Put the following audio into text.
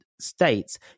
States